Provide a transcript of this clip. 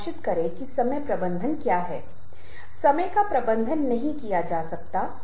लेकिन आप समय की मात्रा पर ध्यान दें आपको प्रस्तुति को बनाने के लिए 15 मिनट का समय दिया जा सकता है